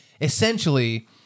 essentially